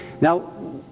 Now